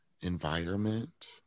environment